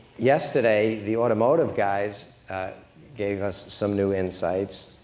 yesterday, the automotive guys gave us some new insights.